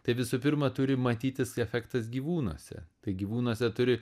tai visų pirma turi matytis efektas gyvūnuose tai gyvūnuose turi